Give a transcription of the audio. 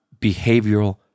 behavioral